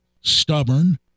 stubborn